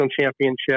championship